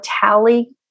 tally